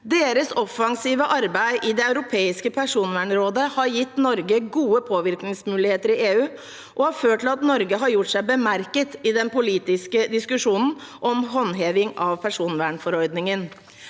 Deres offensive arbeid i Det europeiske personvernrådet har gitt Norge gode påvirkningsmuligheter i EU og har ført til at Norge har gjort seg bemerket i den politiske diskusjonen om håndheving av personvernforordningen.